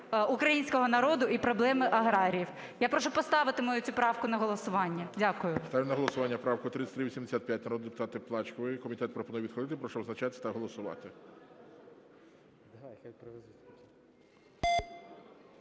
українського народу і проблеми аграріїв. Я прошу поставити мою цю правку на голосування. Дякую.